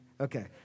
Okay